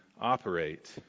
operate